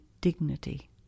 dignity